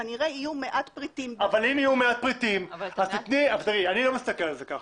שכנראה יהיו מעט פריטים --- אני לא מסתכל על זה כך.